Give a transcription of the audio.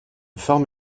forme